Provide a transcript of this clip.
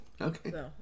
Okay